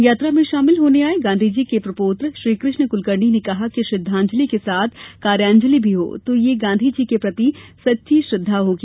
यात्रा में शामिल होने आए गांधी जी के प्रपोत्र श्रीकृष्ण क्लकर्णी ने कहा कि श्रद्वांजलि के साथ कार्यान्जली भी हो तो यह गांधी जी के प्रति सच्ची श्रद्वा होगी